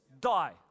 die